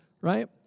right